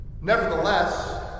Nevertheless